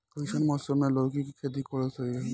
कइसन मौसम मे लौकी के खेती करल सही रही?